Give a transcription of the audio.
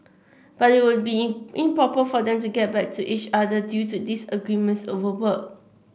but it would be improper for them to get back to each other due to disagreements over work